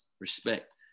respect